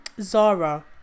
Zara